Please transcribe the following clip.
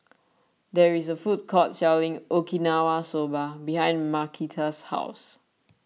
there is a food court selling Okinawa Soba behind Markita's house